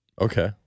Okay